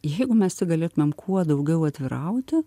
jeigu mes tik galėtumėm kuo daugiau atvirauti